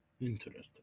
Interesting